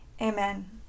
Amen